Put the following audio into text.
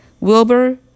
Wilbur